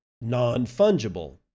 non-fungible